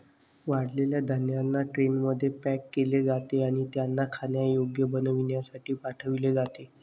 वाळलेल्या धान्यांना ट्रेनमध्ये पॅक केले जाते आणि त्यांना खाण्यायोग्य बनविण्यासाठी पाठविले जाते